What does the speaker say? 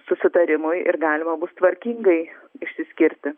susitarimui ir galima bus tvarkingai išsiskirti